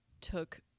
took